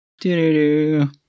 Do-do-do